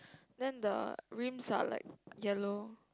then the rims are like yellow